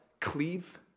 Cleave